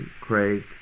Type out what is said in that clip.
Craig